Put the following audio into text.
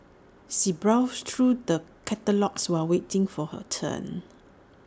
she browsed through the catalogues while waiting for her turn